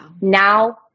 Now